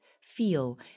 feel